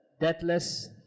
deathless